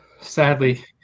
Sadly